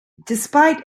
despite